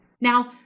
Now